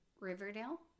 riverdale